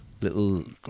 little